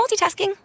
multitasking